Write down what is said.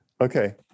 okay